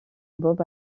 bob